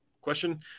question